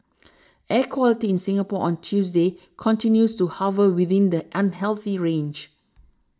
air quality in Singapore on Tuesday continues to hover within the unhealthy range